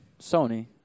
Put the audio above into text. Sony